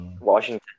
Washington